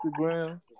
Instagram